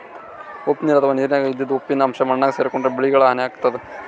ಉಪ್ಪ್ ನೀರ್ ಅಥವಾ ನೀರಿನ್ಯಾಗ ಇದ್ದಿದ್ ಉಪ್ಪಿನ್ ಅಂಶಾ ಮಣ್ಣಾಗ್ ಸೇರ್ಕೊಂಡ್ರ್ ಬೆಳಿಗಳಿಗ್ ಹಾನಿ ಆತದ್